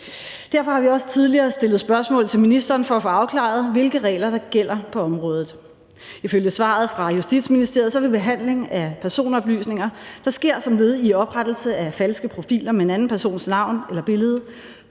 Derfor har vi også tidligere stillet spørgsmål til ministeren for at få afklaret, hvilke regler der gælder på området. Ifølge svaret fra Justitsministeriet vil behandling af personoplysninger, der sker som led i oprettelse af falske profiler med en anden persons navn eller billede,